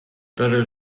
better